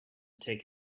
take